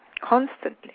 constantly